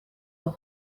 aho